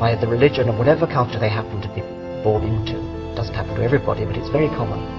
by the religion of whatever culture they happen to be born into doesn't happen to everybody but it's very common,